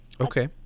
Okay